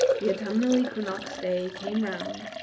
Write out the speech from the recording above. the autumnal equinox day came round,